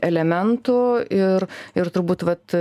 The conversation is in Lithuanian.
elementų ir ir turbūt vat